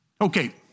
Okay